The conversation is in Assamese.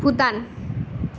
ভূটান